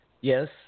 Yes